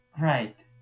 Right